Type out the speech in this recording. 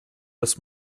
des